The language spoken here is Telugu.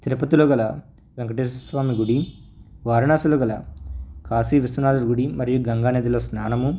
తిరుపతిలో గల వెంకటేశ్వర స్వామి గుడి వారణాసిలో గల కాశీ విశ్వనాధుడి గుడి మరియు గంగానదిలో స్నానము